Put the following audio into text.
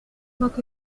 vingt